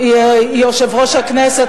יושב-ראש הכנסת,